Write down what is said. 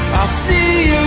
c